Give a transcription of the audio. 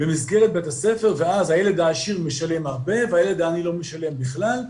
במסגרת בית הספר ואז הילד העשיר משלם הרבה והילד העני לא משלם בכלל,